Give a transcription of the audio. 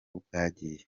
bwagiye